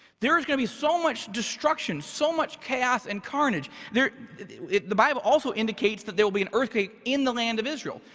there's gonna be so much destruction, so much chaos and carnage. the bible also indicates that there'll be an earthquake in the land of israel.